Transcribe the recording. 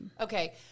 Okay